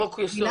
חוק יסוד?